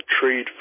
trade